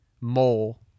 mole